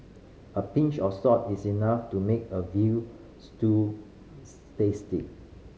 a pinch of salt is enough to make a veal stew tasty